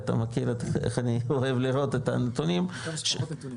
אתה מכיר איך אני אוהב לראות את הנתונים --- עם כמה שפחות נתונים.